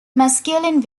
masculine